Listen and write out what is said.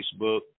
Facebook